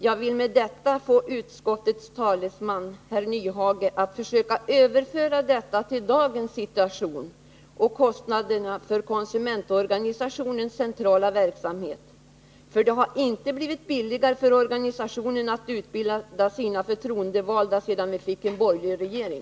Jag ville försöka få utskottets talesman herr Nyhage att överföra detta till dagens situation vad gäller kostnaderna för konsumentorganisationens centrala verksamhet. Det har inte blivit billigare för organisationen att utbilda sina förtroendevalda sedan vi fick en borgerlig regering.